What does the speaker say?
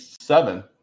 seven